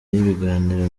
y’ibiganiro